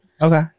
Okay